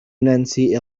نانسي